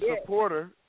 supporter